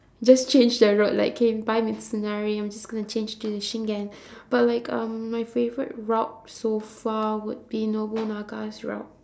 just change the route like okay bye mistunari I'm just gonna change to the shingen but like my favourite route so far would be nobunaga's route